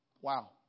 Wow